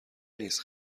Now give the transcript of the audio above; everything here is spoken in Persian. نیست